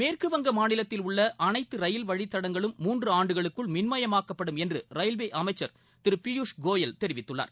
மேற்கு வங்க மாநிலத்தில் உள்ள அனைத்து ரயில் வழித்தடங்களும் மூன்று ஆண்டுகளுக்குள் மின்மயமாக்கப்படும் என்று ரயில்வே அமைச்சர் திரு பியூஷ் கோயல் தெரிவித்துள்ளார்